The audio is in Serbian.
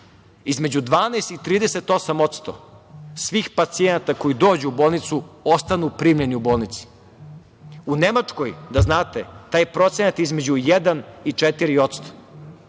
između 12 i 38% svih pacijenata koji dođu u bolnicu, ostanu tu i primljeni.U Nemačkoj, da znate, taj procenat je između 1 i 4%,